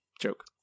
joke